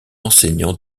enseignant